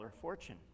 fortune